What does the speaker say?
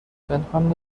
پنهان